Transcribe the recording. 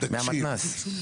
מהמתנ"ס.